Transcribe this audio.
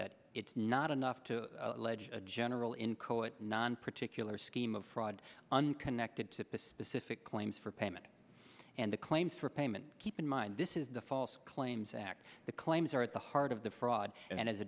that it's not enough to allege a general in call it non particular scheme of fraud unconnected to piss specific claims for payment and the time for payment keep in mind this is the false claims act the claims are at the heart of the fraud and as a